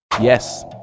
Yes